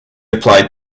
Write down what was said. applied